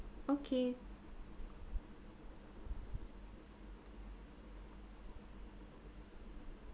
okay